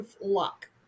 lock